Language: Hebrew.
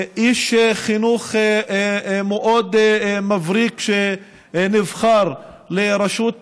איש חינוך מאוד מבריק, שנבחר לראשות